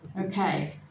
Okay